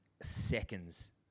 seconds